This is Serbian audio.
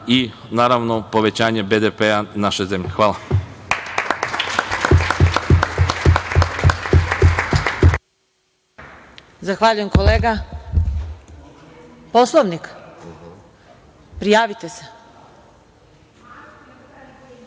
i naravno povećanje BDP naše zemlje. Hvala.